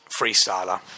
Freestyler